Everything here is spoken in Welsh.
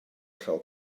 chael